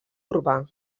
urbà